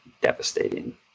devastating